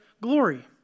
glory